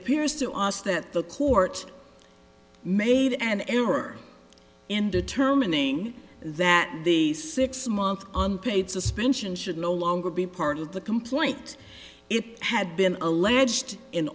appears to us that the court made an error in determining that the six month unpaid suspension should no longer be part of the complaint it had been alleged in